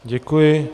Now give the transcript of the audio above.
Děkuji.